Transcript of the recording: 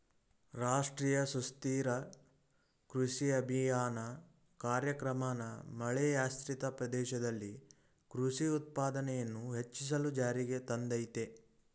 ರಾಷ್ಟ್ರೀಯ ಸುಸ್ಥಿರ ಕೃಷಿ ಅಭಿಯಾನ ಕಾರ್ಯಕ್ರಮನ ಮಳೆಯಾಶ್ರಿತ ಪ್ರದೇಶದಲ್ಲಿ ಕೃಷಿ ಉತ್ಪಾದನೆಯನ್ನು ಹೆಚ್ಚಿಸಲು ಜಾರಿಗೆ ತಂದಯ್ತೆ